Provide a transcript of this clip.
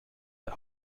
the